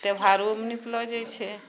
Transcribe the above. त्यौहारोमे निपलो जाइत छै